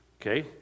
okay